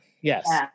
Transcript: yes